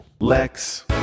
lex